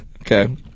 Okay